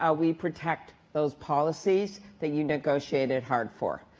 ah we protect those policies that you negotiated hard for.